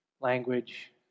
language